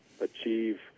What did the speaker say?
achieve